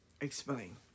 explain